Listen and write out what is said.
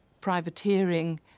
privateering